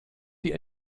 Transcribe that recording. die